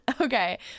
Okay